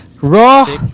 Raw